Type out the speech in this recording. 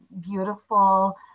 beautiful